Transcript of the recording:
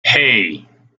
hey